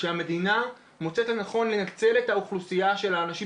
שהמדינה מוצאת לנכון לנצל את האוכלוסייה של האנשים